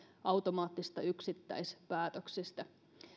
automaattisista yksittäispäätöksistä